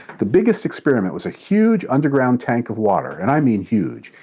the biggest experiment was a huge underground tank of water. and i mean huge.